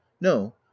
no